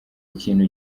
ikintu